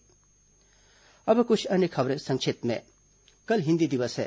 संक्षिप्त समाचार अब कुछ अन्य खबरें संक्षिप्त में कल हिन्दी दिवस है